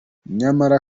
nyamara